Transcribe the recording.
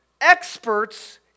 experts